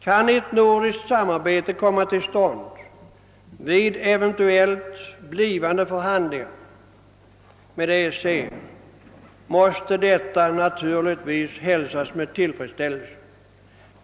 Om ett nordiskt samarbete kan komma till stånd vid eventuella förhandlingar med EEC måste detta naturligtvis hälsas med tillfredsställelse.